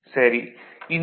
சரி இந்த டி